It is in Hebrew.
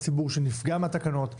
הציבור שנפגע מהתקנות ומההשלכות,